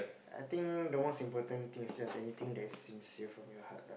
I think the most important thing is just anything sincere from your heart lah